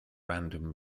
random